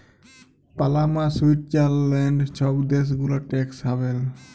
Panama, Switzerland ছব দ্যাশ গুলা ট্যাক্স হ্যাভেল